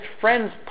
friends